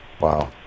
Wow